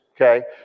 Okay